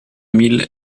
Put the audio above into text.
mille